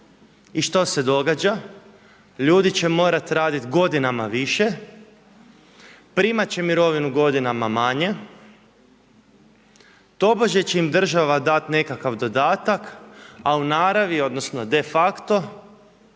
I što se događa? ljudi će morat radit godinama više, primat će mirovine godinama manje, tobože će im država dat nekakav dodatak, a u naravi, odnosno defakto